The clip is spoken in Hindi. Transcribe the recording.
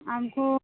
हम को